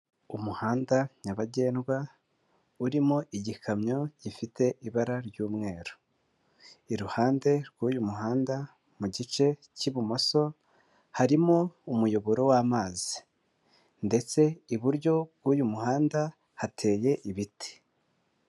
Umuhanda nyabagendwa, urimo igikamyo gifite ibara ry'umweru. Iruhande rw'uyu muhanda, mu gice cy'ibumoso, harimo umuyoboro w'amazi. Ndetse iburyo bw'uyu muhanda hateye ibiti.